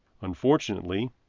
Unfortunately